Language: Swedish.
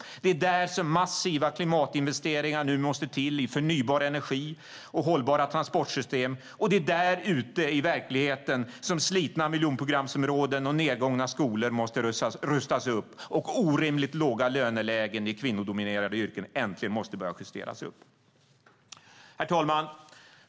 Det är där massiva klimatinvesteringar i förnybar energi och hållbara transportsystem nu måste till, och det är ute i verkligheten som slitna miljonprogramsområden och nedgångna skolor måste rustas upp och orimligt låga lönelägen i kvinnodominerade yrken äntligen justeras upp. Herr talman!